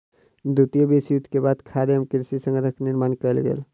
द्वितीय विश्व युद्ध के बाद खाद्य एवं कृषि संगठन के निर्माण कयल गेल